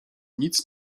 nic